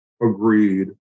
agreed